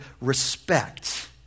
respect